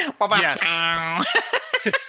Yes